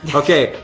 and okay,